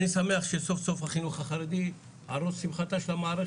אני שמח שסוף-סוף החינוך החרדי על ראש שמחתה של המערכת.